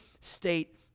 state